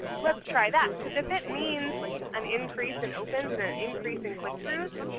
let's try that. because if it means an increase in opens and an increase in click throughs,